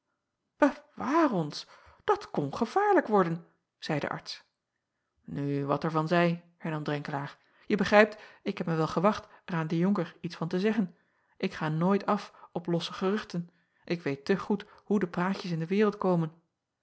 ewaar ons dat kon gevaarlijk worden zeî de arts u wat er van zij hernam renkelaer je begrijpt ik heb mij wel gewacht er aan den onker iets van te zeggen ik ga nooit af op losse geruchten ik weet te goed hoe de praatjes in de wereld komen